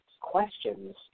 questions